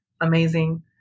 Amazing